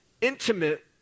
intimate